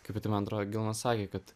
kai pati man atrodo gilma sakė kad